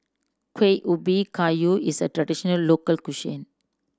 Kuih Ubi Kayu is a traditional local cuisine